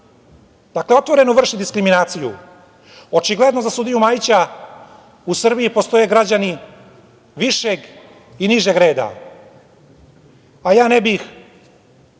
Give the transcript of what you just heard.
Dakle, otvoreno vrši diskriminaciju. Očigledno za sudiju Majića u Srbiji postoje građani višeg i nižeg reda, a ja ne bih